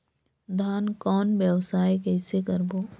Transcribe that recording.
धान कौन व्यवसाय कइसे करबो?